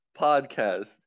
podcast